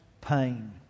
pain